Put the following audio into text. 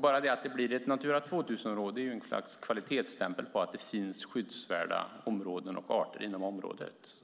Bara det att det blir ett Natura 2000-område är ju ett slags kvalitetsstämpel på att det finns skyddsvärda områden och arter inom området.